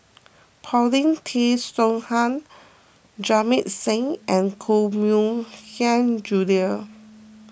Paulin Tay Straughan Jamit Singh and Koh Mui Hiang Julie